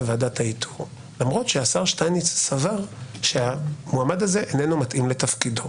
ועדת האיתור למרות שהשר שטייניץ סבר שהמועמד הזה איננו מתאים לתפקידו?